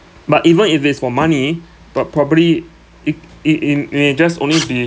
but even if it's for money but probably it in in may just only be